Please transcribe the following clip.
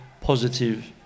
positive